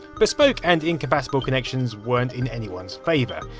bespoke and incompatible connections wasn't in anyone's favour,